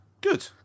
good